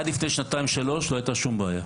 עד לפני שנתיים שלוש לא הייתה שום בעיה,